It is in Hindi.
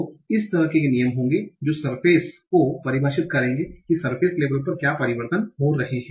तो इस तरह के नियम होंगे जो सरफेस को परिभाषित करेंगे कि सरफेस लेवल पर क्या परिवर्तन हो रहे हैं